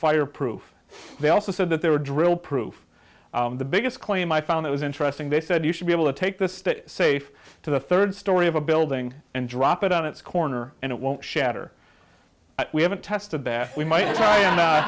fireproof they also said that they were drill proof the biggest claim i found it was interesting they said you should be able to take this safe to the third story of a building and drop it on its corner and it won't shatter we haven't tested that we might